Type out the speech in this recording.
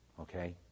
Okay